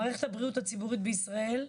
מערכת הבריאות הציבורית בישראל,